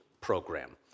program